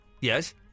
Yes